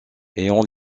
ayant